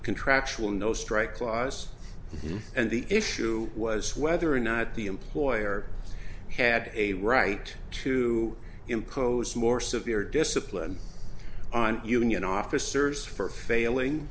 contractual no strike clause and the issue was whether or not the employer had a right to impose more severe discipline on union officers for failing